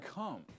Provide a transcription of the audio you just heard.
come